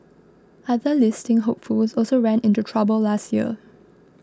other listing hopefuls also ran into trouble last year